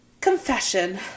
Confession